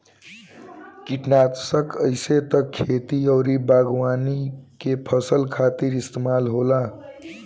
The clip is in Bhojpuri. किटनासक आइसे त खेती अउरी बागवानी के फसल खातिर इस्तेमाल होला